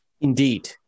Indeed